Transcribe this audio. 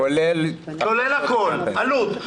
כולל הכול, עלות.